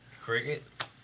Cricket